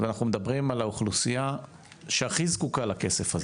ואנחנו מדברים על האוכלוסייה שהכי זקוקה לכסף,